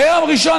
ביום ראשון,